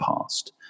past